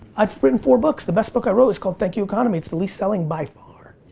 i've written four books. the best book i've wrote is called, thank you economy. it's the least selling by far.